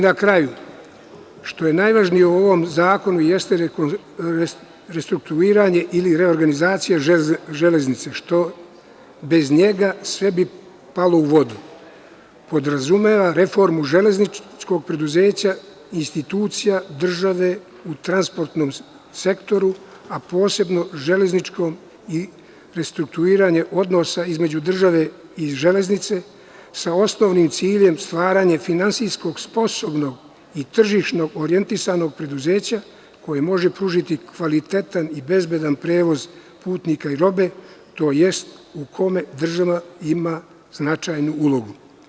Na kraju, što je najvažnije u ovom zakonu jeste restrukturiranje ili reorganizacija železnice, što bez njega sve bi palo u vodu, a podrazumeva reformu železničkog preduzeća institucija države u transportnom sektoru, a posebno železničkog restrukturiranja odnosa između države i železnice sa osnovnim ciljem stvaranje finansijski sposobnog i tržišno orijentisanog preduzeća koji može pružiti kvalitetan i bezbedan prevoz putnika i robe tj. u kome država ima značajnu ulogu.